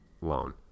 loan